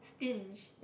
pinch